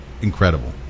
incredible